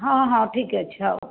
ହଁ ହଁ ଠିକ ଅଛି ହେଉ